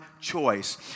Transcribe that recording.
choice